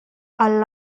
għall